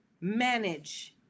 manage